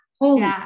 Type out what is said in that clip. Holy